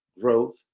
growth